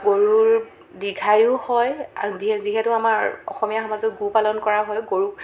গৰুৰ দীৰ্ঘায়ু হয় যিহে যিহেতু আমাৰ অসমীয়া সমাজত গো পালন কৰা হয় গৰু